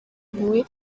impuhwe